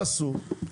מה עשו?